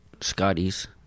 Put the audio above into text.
Scotty's